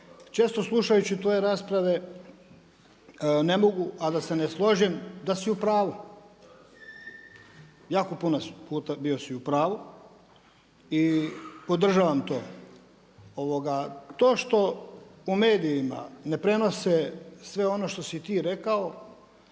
Često slušajući tvoje rasprave ne mogu a da se ne složim da si u pravu. Jako puno puta bio si u pravu. I podržavam to. To što u medijima ne prenose sve ono što si ti rekao